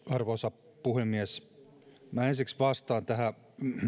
arvoisa puhemies minä ensiksi vastaan tähän